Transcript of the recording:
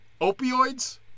opioids